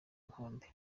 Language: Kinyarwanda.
inkombe